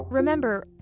Remember